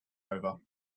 over